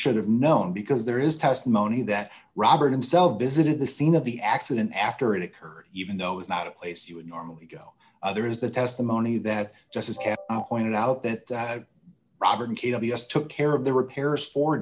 should have known because there is testimony that robert in cell visited the scene of the accident after it occurred even though it's not a place you would normally go other is the testimony that just as pointed out that robert k b s took care of the repairs for